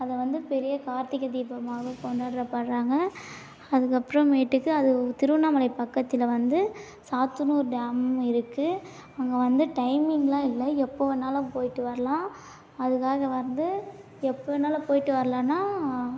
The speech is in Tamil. அதை வந்து பெரிய கார்த்திகை தீபமாக கொண்டாடப்படுறாங்க அதுக்கப்புறமேட்டுக்கு அது திருவண்ணாமலை பக்கத்தில் வந்து சாத்துனூர் டேம் இருக்கு அங்கே வந்து டைமிங் எல்லாம் இல்லை எப்போ வேணாலும் போயிவிட்டு வரலாம் அதுக்காக வந்து எப்போ வேணாலும் போயிவிட்டு வர்லான்னா